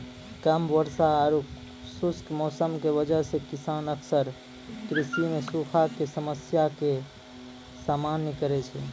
कम वर्षा आरो खुश्क मौसम के वजह स किसान अक्सर कृषि मॅ सूखा के समस्या के सामना करै छै